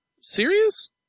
Serious